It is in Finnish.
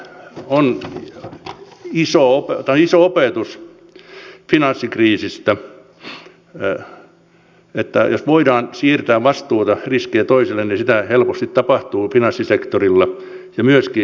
on iso opetus finanssikriisistä että jos voidaan siirtää vastuuta riskiä toiselle niin sitä helposti tapahtuu finanssisektorilla ja myöskin laajemmin